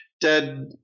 dead